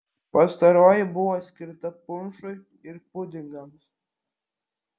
pastaroji buvo skirta punšui ir pudingams